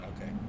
Okay